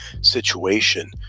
situation